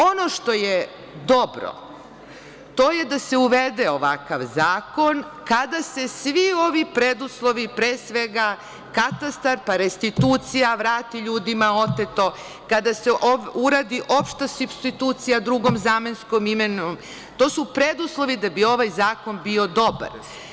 Ono što je dobro, to je da se uvede ovakav zakon kada se svi ovi preduslovi, pre svega Katastar pa restitucija, vrati ljudima oteto, kada se uradi opšta supstitucija drugom zamenskim, to su preduslovi da bi ovaj zakon bio dobar.